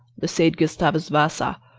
the said gustavus vassa,